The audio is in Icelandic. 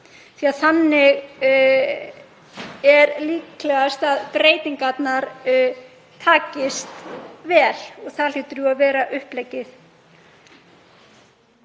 því að þannig er líklegast að breytingarnar takist vel, og það hlýtur jú að vera uppleggið.